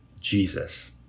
Jesus